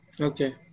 Okay